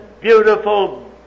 beautiful